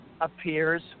appears